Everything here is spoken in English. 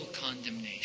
condemnation